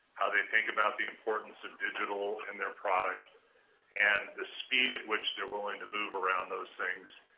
how they think about the importance of digital and their products and the speed at which they're willing to move around those things.